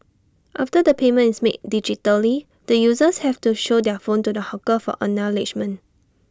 after the payment is made digitally the users have to show their phone to the hawker for acknowledgement